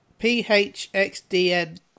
PHXDN